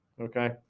Okay